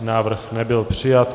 Návrh nebyl přijat.